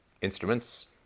instruments